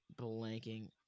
blanking